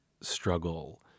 struggle